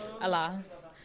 Alas